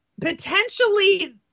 potentially